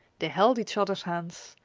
they held each other's hands.